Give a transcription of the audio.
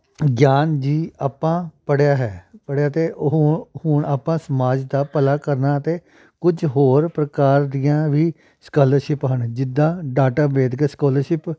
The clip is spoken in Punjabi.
ਗਿਆਨ ਜੀ ਆਪਾਂ ਪੜ੍ਹਿਆ ਹੈ ਪੜ੍ਹਿਆ ਅਤੇ ਉਹ ਹੁਣ ਆਪਾਂ ਸਮਾਜ ਦਾ ਭਲਾ ਕਰਨਾ ਅਤੇ ਕੁਝ ਹੋਰ ਪ੍ਰਕਾਰ ਦੀਆਂ ਵੀ ਸਕਾਲਰਸ਼ਿਪ ਹਨ ਜਿੱਦਾਂ ਡਾਕਟਰ ਅੰਬੇਦਕਰ ਸਕੋਲਰਸ਼ਿਪ